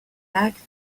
packed